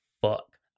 fuck